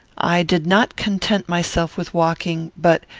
i did not content myself with walking, but,